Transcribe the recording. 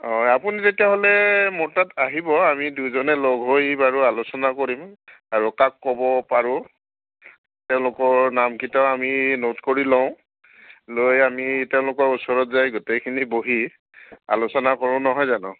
অঁ আপুনি তেতিয়াহ'লে মোৰ তাত আহিব আমি দুইজনে লগ হৈ বাৰু আলোচনা কৰিম আৰু কাক ক'ব পাৰোঁ তেওঁলোকৰ নামকেইটা আমি নোট কৰি লওঁ লৈ আমি তেওঁলোকৰ ওচৰত যাই গোটেইখিনি বহি আলোচনা কৰোঁ নহয় জানো